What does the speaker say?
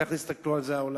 כך הסתכל על זה העולם.